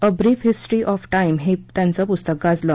a brief history of time हे त्यांचं पुस्तक गाजलं